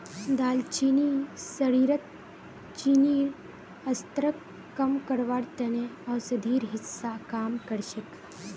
दालचीनी शरीरत चीनीर स्तरक कम करवार त न औषधिर हिस्सा काम कर छेक